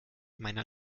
meiner